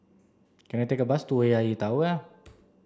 can I take a bus to A I A Tower